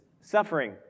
suffering